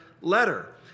letter